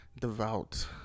devout